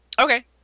Okay